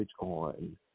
on